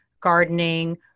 gardening